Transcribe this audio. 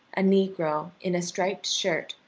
a negro in a striped shirt,